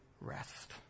rest